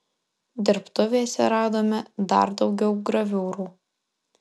dirbtuvėse radome dar daugiau graviūrų